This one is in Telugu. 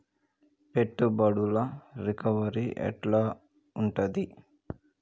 పెట్టుబడుల రికవరీ ఎట్ల ఉంటది?